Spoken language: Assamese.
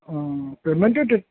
পেমেণ্টটো